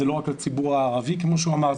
זה לא רק לציבור הערבי כמו שהוא אמר,